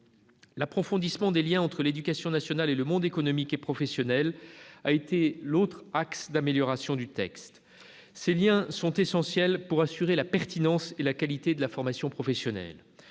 L'approfondissement des liens entre l'éducation nationale et le monde économique et professionnel a été l'autre axe d'amélioration du texte. Ces liens sont essentiels pour assurer la pertinence et la qualité de la formation professionnelle.